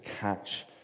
catch